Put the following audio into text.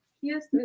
Yes